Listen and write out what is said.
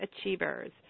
achievers